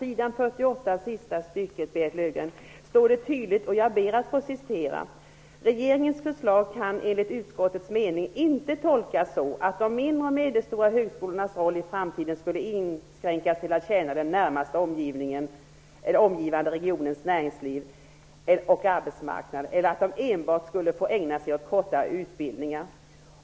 På s. 48 sista stycket, Berit Löfstedt, står det tydligt och jag ber att få citera: ''Regeringens förslag kan enligt utskottets mening inte tolkas så att de mindre och medelstora högskolornas roll i framtiden skulle inskränkas till att tjäna den närmast omgivande regionens näringsliv och arbetsmarknad, eller att de enbart skulle få ägna sig åt kortare utbildningar.''